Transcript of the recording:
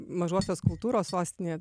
mažosios kultūros sostinė